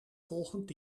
volgend